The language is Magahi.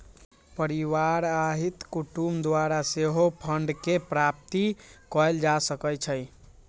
परिवार आ हित कुटूम द्वारा सेहो फंडके प्राप्ति कएल जा सकइ छइ